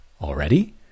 already